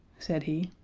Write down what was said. said he.